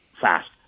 fast